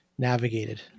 navigated